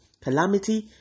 calamity